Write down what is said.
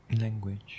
Language